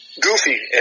goofy